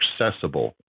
accessible